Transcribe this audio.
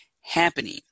happening